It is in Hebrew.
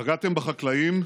פגעתם בחקלאים,